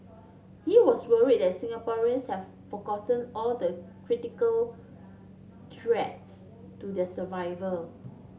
he was worried that Singaporeans have forgotten all the critical threats to their survival